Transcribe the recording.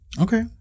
Okay